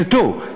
est tout'c.